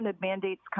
mandates